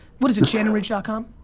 what is it, shannonridge ah com?